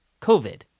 COVID